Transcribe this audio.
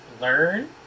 Learn